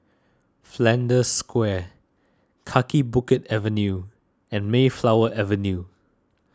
Flanders Square Kaki Bukit Avenue and Mayflower Avenue